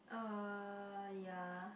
uh yeah